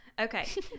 Okay